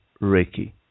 Reiki